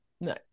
no